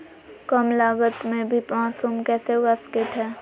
कम लगत मे भी मासूम कैसे उगा स्केट है?